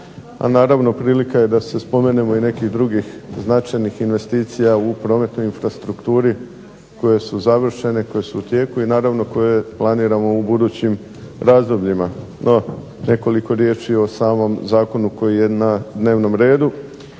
a naravno prilika je da se spomenemo i nekih drugih značajnih investicija u prometnoj infrastrukturi koje su završene i koje su u tijeku i naravno koje planiramo u budućim razdobljima. No nekoliko riječi o samom zakonu koji je na dnevnom redu.